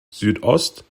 südost